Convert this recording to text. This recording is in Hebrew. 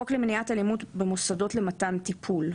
בחוק למניעת אלימות במוסדות למתן טיפול,